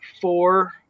four